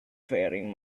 faring